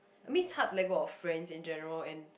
I mean it's hard to let go of friends in general and